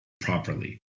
properly